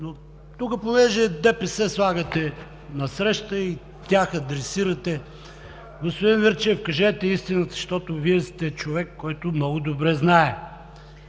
за нас. Понеже слагате насреща ДПС и тях адресирате, господин Мирчев, кажете истината, защото Вие сте човек, който много добре знае.